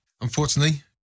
Unfortunately